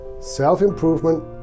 self-improvement